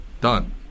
Done